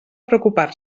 preocupar